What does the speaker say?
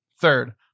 third